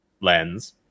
lens –